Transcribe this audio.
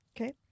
Okay